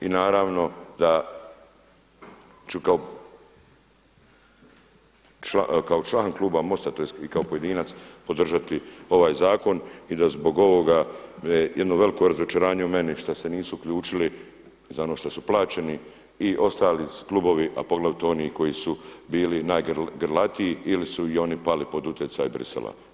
I naravno da ću kao član kluba MOST-a, tj. i kao pojedinac podržati ovaj zakon i da zbog ovoga jedno veliko razočaranje u meni šta se nisu uključili za ono što su plaćeni i ostali klubovi, a poglavito oni koji su bili najgrlatiji ili su i oni pali pod utjecaj Bruxellesa.